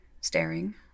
staring